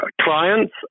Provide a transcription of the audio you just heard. clients